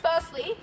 firstly